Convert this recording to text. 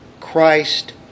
Christ